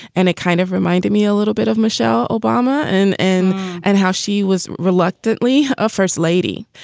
and it kind of reminds me a little bit of michelle obama and and and how she was reluctantly a first lady.